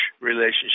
relationship